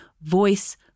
voice